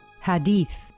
Hadith